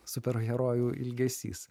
superherojų ilgesys